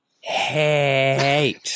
hate